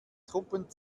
truppen